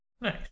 Nice